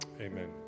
amen